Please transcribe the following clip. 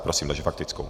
Prosím, takže faktickou.